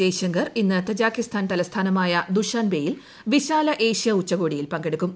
ജയശങ്കർ ഇന്ന് താജ്കിസ്ഥാൻ തലസ്ഥാനമായ ദുഷാൻബെയിൽ വിശാല ഏഷ്യ ഉച്ചകോടിയിൽ പങ്കെടുക്കും